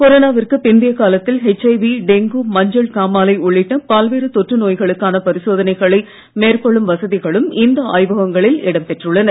கொரோனாவிற்குப் பிந்தைய காலத்தில் HIV dengue மஞ்சள் காமாலை உள்ளிட்ட பல்வேறு தொற்று நோய்களுக்கான பரிசோதனைகளை மேற்கொள்ளும் வசதிகளும் இந்த ஆய்வகங்களில் இடம் பெற்றுள்ளன